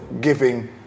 giving